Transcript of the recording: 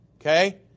Okay